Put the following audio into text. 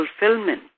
fulfillment